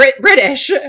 British